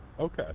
Okay